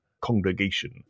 congregation